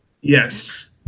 Yes